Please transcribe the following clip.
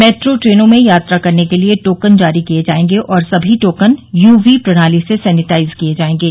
metro ट्रेनों में यात्रा के लिए टोकन जारी किए जाएंगे और सभी टोकन यूवी प्रणाली से सेनीटाइज किए जाएंगे